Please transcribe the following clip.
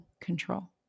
control